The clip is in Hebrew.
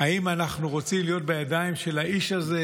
אם אנחנו רוצים להיות בידיים של האיש הזה,